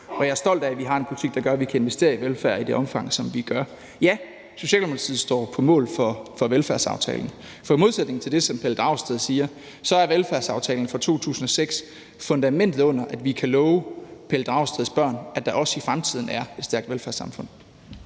og jeg er stolt af, at vi har en politik, der gør, at vi kan investere i velfærd i det omfang, som vi gør. Socialdemokratiet står på mål for velfærdsaftalen, for i modsætning til det, som Pelle Dragsted siger, så er velfærdsaftalen fra 2006 fundamentet under, at vi kan love Pelle Dragsteds børn, at der også i fremtiden er et stærkt velfærdssamfund.